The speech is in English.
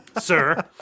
sir